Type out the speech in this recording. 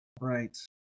right